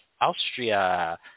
Austria